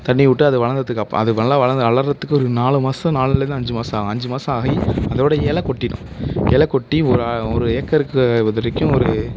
தண்ணிவிட்டு அது வளர்ந்ததுக்கப்ப அது நல்லா வளர்ந்த வளருறதுக்கு ஒரு நாலு மாதம் நாலுலேருந்து அஞ்சு மாதம் ஆகும் அஞ்சு மாதம் ஆகி அதோடு எலை கொட்டிவிடும் எலை கொட்டி ஒரு ஒரு ஏக்கருக்கு இதுவரைக்கும் ஒரு